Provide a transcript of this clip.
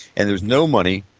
and there's no money,